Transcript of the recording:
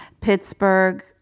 Pittsburgh